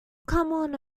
come